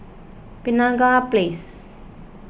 Penaga Place